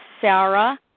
Sarah